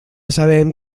sabem